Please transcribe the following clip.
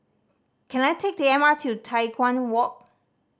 can I take the M R T to Tai Hwan Walk